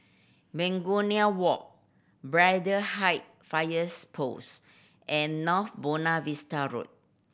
Begonia Walk Braddell Height Fires Post and North Buona Vista Road